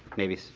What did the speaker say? maybe,